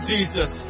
Jesus